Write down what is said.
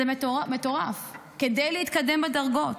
זה מטורף, כדי להתקדם בדרגות.